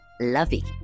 lovey